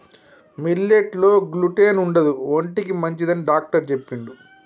millet లో gluten ఉండదు ఒంటికి మంచిదని డాక్టర్ చెప్పిండు